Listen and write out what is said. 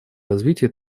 развитие